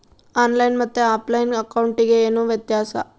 On line ಮತ್ತೆ offline ಅಕೌಂಟಿಗೆ ಏನು ವ್ಯತ್ಯಾಸ?